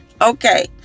Okay